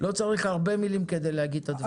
לא צריך הרבה מילים כדי להגיד את הדברים.